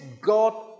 God